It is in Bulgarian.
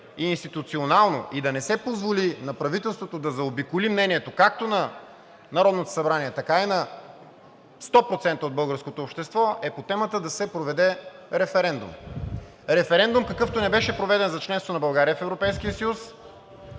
и институционално, и да не се позволи на правителството да заобиколи мнението както на Народното събрание, така и на 100% от българското общество, е по темата да се проведе референдум. Референдум, какъвто не беше проведен за членство на България в Европейския съюз,